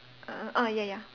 uh ah ya ya